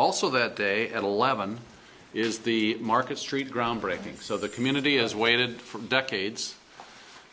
also that day eleven is the market street groundbreaking so the community has waited for decades